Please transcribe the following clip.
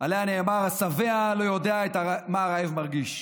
עליה נאמר: השבע לא יודע מה הרעב מרגיש.